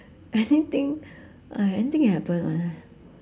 anything uh anything can happen [one]